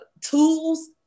tools